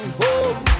home